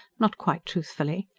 not quite truthfully.